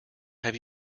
have